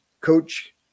coach